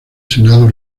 senado